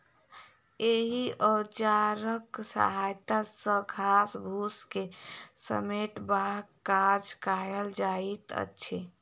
एहि औजारक सहायता सॅ घास फूस के समेटबाक काज कयल जाइत अछि